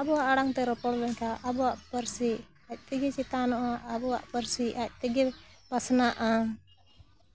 ᱟᱵᱚᱣᱟᱜ ᱟᱲᱟᱝ ᱛᱮ ᱨᱚᱯᱚᱲ ᱞᱮᱱᱠᱷᱟᱱ ᱟᱵᱚᱣᱟᱜ ᱯᱟᱹᱨᱥᱤ ᱟᱡ ᱛᱮᱜᱮ ᱪᱮᱛᱟᱱᱚᱜᱼᱟ ᱟᱵᱚᱣᱟᱜ ᱯᱟᱹᱨᱥᱤ ᱟᱡ ᱛᱮᱜᱮ ᱯᱟᱥᱱᱟᱜᱼᱟ